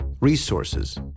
resources